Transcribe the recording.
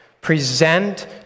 present